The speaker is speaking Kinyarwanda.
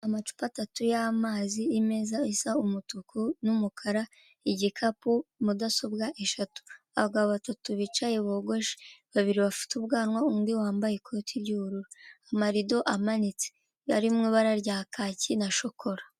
Amacupa atatu y'amazi, imeza isa umutuku n'umukara, igikapu, mudasobwa eshatu, abagabo batatu bicaye bogoshe, babiri bafite ubwanwa, umwe wambaye ikoti ry'ubururu, amarido amanitse yari mu ibara rya kaki na shokora.